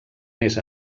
més